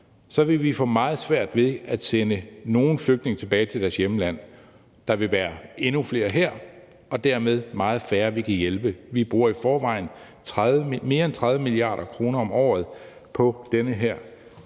vil vi få meget svært ved at sende nogen flygtning tilbage til hjemlandet. Der vil være endnu flere her og dermed meget færre, som vi kan hjælpe. Vi bruger i forvejen mere end 30 mia. kr. om året på den her